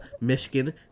Michigan